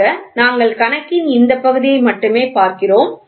ஆக நாங்கள் கணக்கின் இந்த பகுதியை மட்டுமே பார்க்கிறோம்